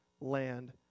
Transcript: land